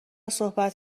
صحبت